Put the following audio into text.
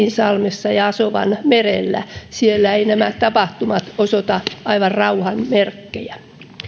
kertsinsalmessa ja asovanmerellä siellä eivät nämä tapahtumat osoita aivan rauhan merkkejä